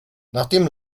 nachdem